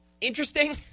interesting